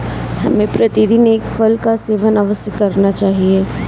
हमें प्रतिदिन एक फल का सेवन अवश्य करना चाहिए